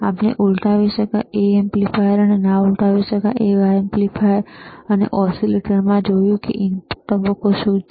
આપણે ઉલટાવી શકાય એમ્પ્લીફાયર ના ઉલટાવી શકાય એમ્પ્લીફાયર અને ઓસીલેટરમાં જોયું છે કે ઇનપુટ તબક્કો શું છે